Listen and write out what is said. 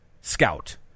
scout